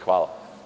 Hvala.